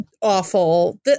awful